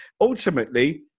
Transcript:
ultimately